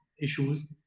issues